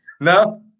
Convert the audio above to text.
No